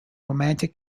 romantic